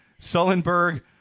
Sullenberg